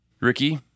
Ricky